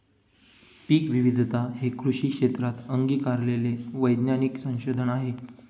पीकविविधता हे कृषी क्षेत्रात अंगीकारलेले वैज्ञानिक संशोधन आहे